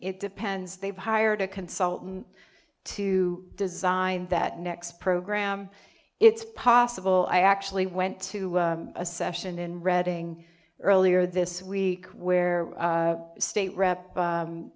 it depends they've hired a consultant to design that next program it's possible i actually went to a session in reading earlier this week where state rep